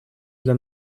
для